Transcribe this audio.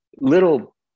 little